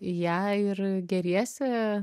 į ją ir gėriesi